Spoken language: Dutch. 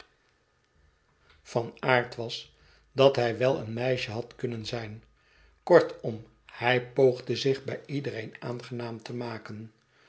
van aard was dat hij wel een meisje had kunnen zijn kortom hij poogde zich bij iedereen aangenaam te maken